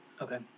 Okay